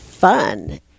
fun